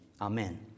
amen